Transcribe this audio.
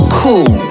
cool